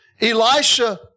Elisha